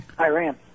Iran